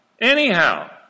Anyhow